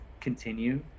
continue